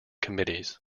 committees